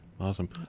Awesome